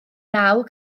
naw